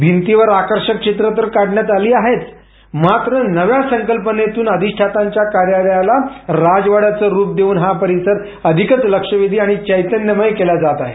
भिंतींवर आकर्षक चित्रं तर काढण्यात आली आहेच मात्र नव्या संकल्पनेतून अधिष्ठातांच्या कार्यालयाला राजवाड्याचं रूप देऊन हा परिसर अधिकच लक्षवेधी आणि चैतन्यमय केला जात आहे